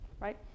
right